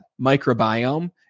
microbiome